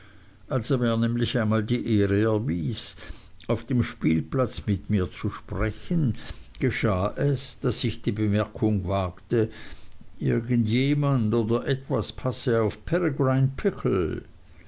als er mir nämlich einmal die ehre erwies auf dem spielplatz mit mir zu sprechen geschah es daß ich die bemerkung wagte irgend jemand oder etwas passe auf